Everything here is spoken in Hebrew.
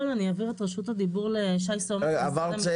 אני אעביר את רשות הדיבור לשי סומך.